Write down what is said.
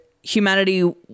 humanity